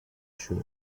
sure